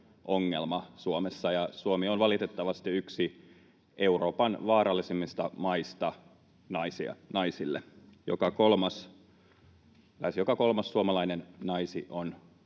Suomi on valitettavasti yksi Euroopan vaarallisimmista maista naisille. Lähes joka kolmas suomalainen nainen on